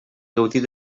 gaudir